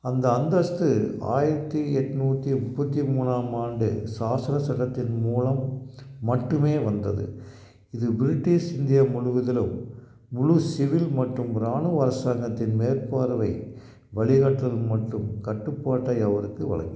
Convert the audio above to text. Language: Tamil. அந்த அந்தஸ்து ஆயிரத்தி எட்நூத்தி முப்பத்தி மூணாம் ஆண்டு சாசன சட்டத்தின் மூலம் மட்டுமே வந்தது இது பிரிட்டிஷ் இந்தியா முழுவதிலும் முழு சிவில் மற்றும் இராணுவ அரசாங்கத்தின் மேற்பார்வை வழிகாட்டுதல் மற்றும் கட்டுப்பாட்டை அவருக்கு வழங்கியது